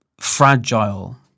fragile